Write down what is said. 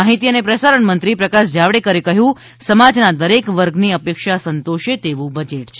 માહિતી અને પ્રસારણ મંત્રી પ્રકાશ જાવડેકરે કહ્યું છે કે સમાજના દરેક વર્ગની અપેક્ષા સંતોષે તેવું બજેટ છે